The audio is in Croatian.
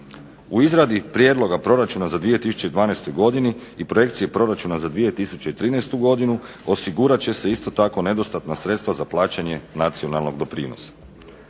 U izradi prijedloga proračuna za 2012. godinu i projekcije proračuna za 2013. godinu osigurat će se isto tako nedostatna sredstva za plaćanje nacionalnog doprinosa.